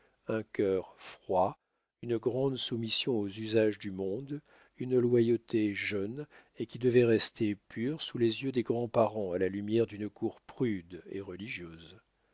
un cœur froid une grande soumission aux usages du monde une loyauté jeune et qui devait rester pure sous les yeux des grands parents à la lumière d'une cour prude et religieuse